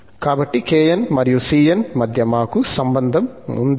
కాబట్టి kn మరియు cn మధ్య మాకు ఈ సంబంధం ఉంది